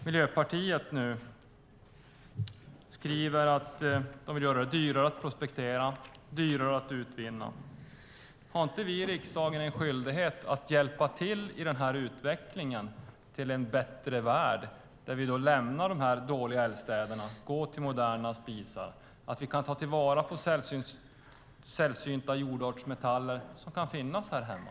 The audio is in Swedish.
Miljöpartiet skriver att de vill göra det dyrare att prospektera och dyrare att utvinna. Har inte vi i riksdagen en skyldighet att hjälpa till i denna utveckling för en bättre värld då människor lämnar dessa dåliga eldstäder och skaffar moderna spisar och att ta vara på sällsynta jordartsmetaller som kan finnas här hemma?